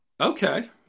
okay